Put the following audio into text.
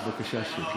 בבקשה שקט.